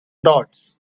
dots